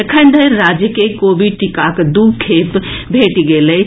एखन धरि राज्य के कोविड टीकाक दू खेप भेटि गेल अछि